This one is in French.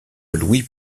louis